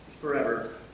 forever